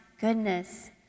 goodness